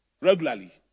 regularly